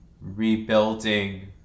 rebuilding